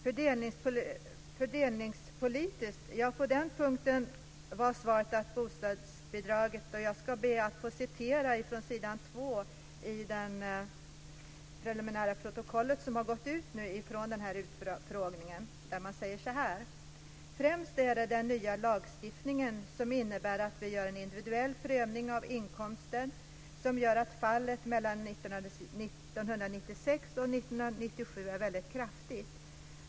Vad gäller det fördelningspolitiska målet var svaret följande, och jag ska be att få citera från s. 2 i det preliminära protokollet, som har gått ut nu från den här utfrågningen: "Främst är det den nya lagstiftningen, som innebär att vi gör en individuell prövning av inkomsten som gör att fallet mellan 1996 och 1997 är väldigt kraftigt.